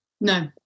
No